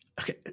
Okay